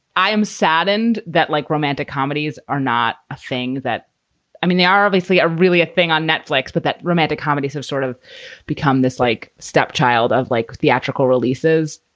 i am saddened that like, romantic comedies are not a thing that i mean, they are obviously a really a thing on netflix, but that romantic comedies have sort of become this like stepchild of like theatrical releases.